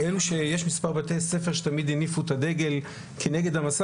יש מספר בתי ספר שתמיד הניפו את הדגל נגד המסע.